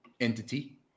entity